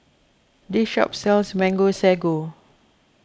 this shop sells Mango Sago